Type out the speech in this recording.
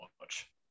watch